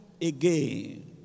again